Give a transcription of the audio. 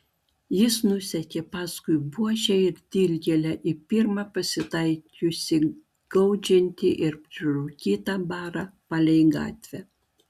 jis nusekė paskui buožę ir dilgėlę į pirmą pasitaikiusį gaudžiantį ir prirūkytą barą palei gatvę